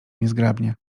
niezgrabnie